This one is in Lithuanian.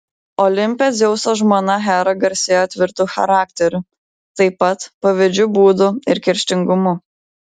olimpe dzeuso žmona hera garsėjo tvirtu charakteriu taip pat pavydžiu būdu ir kerštingumu